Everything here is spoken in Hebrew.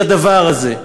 של הדבר הזה: